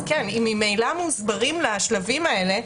אז אם ממילא מוסברים לה השלבים האלה,